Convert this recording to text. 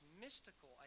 mystical